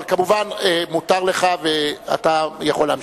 אבל כמובן, מותר לך, ואתה יכול להמשיך.